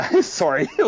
sorry